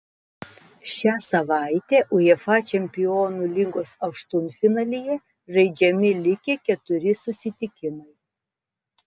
šią savaitę uefa čempionų lygos aštuntfinalyje žaidžiami likę keturi susitikimai